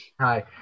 Hi